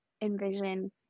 envision